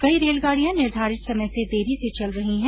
कई रेलगाड़ियां निर्धारित समय से देरी से चल रही हैं